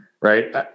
right